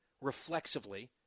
reflexively